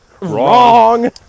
Wrong